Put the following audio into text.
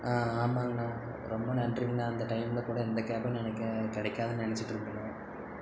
ஆ ஆமாங்கணா ரொம்ப நன்றிங்கணா அந்த டைமில் கூட எந்த கேபும் எனக்கு கிடைக்காதுனு நினச்சிட்ருந்தேன்